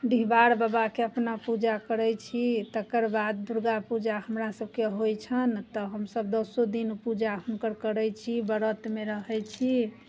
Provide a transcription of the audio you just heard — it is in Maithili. डिहबार बाबाके अपना पूजा करै छी तकर बाद दुर्गापूजा हमरासभके होइ छनि तऽ हमसभ दसो दिन पूजा हुनकर करै छी व्रतमे रहै छी